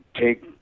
take